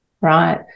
Right